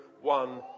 one